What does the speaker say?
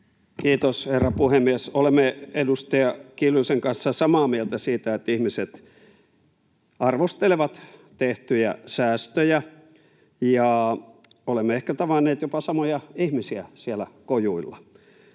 Kiitos, herra puhemies! Olemme edustaja Kiljusen kanssa samaa mieltä siitä, että ihmiset arvostelevat tehtyjä säästöjä, ja olemme ehkä tavanneet jopa samoja ihmisiä siellä kojuilla.